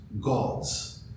gods